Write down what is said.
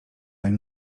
nań